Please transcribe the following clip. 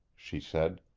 she said,